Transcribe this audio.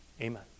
Amen